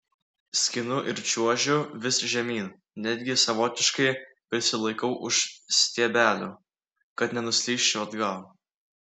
skinu ir čiuožiu vis žemyn netgi savotiškai prisilaikau už stiebelių kad nenuslysčiau atgal